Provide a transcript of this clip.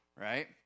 right